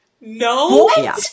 No